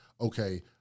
okay